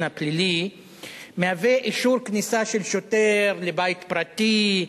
הפלילי מהווה אישור כניסה של שוטר לבית פרטי,